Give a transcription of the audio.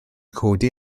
codi